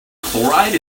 chloride